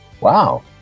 wow